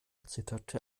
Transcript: zitterte